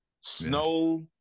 Snow